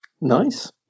nice